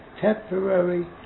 temporary